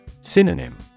Synonym